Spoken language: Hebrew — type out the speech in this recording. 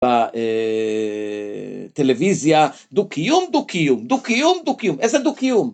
בטלוויזיה דו-קיום דו-קיום, דו-קיום דו-קיום. איזה דו-קיום?